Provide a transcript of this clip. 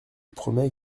promets